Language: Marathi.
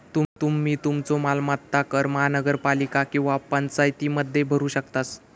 तुम्ही तुमचो मालमत्ता कर महानगरपालिका किंवा पंचायतीमध्ये भरू शकतास